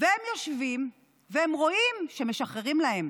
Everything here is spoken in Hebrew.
והם יושבים והם רואים שמשחררים להם.